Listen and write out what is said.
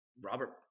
Robert